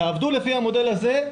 תעמדו מאחורי המודל הזה,